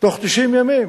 תוך 90 ימים